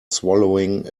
swallowing